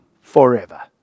forever